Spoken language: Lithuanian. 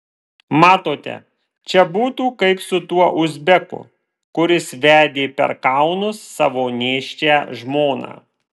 matote čia būtų kaip su tuo uzbeku kuris vedė per kalnus savo nėščią žmoną